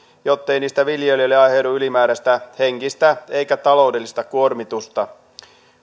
jottei niistä viljelijöille aiheudu ylimääräistä henkistä eikä taloudellista kuormitusta